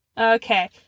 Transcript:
Okay